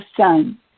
Son